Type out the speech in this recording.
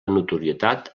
notorietat